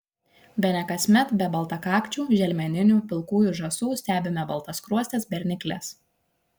bene kasmet be baltakakčių želmeninių pilkųjų žąsų stebime baltaskruostes bernikles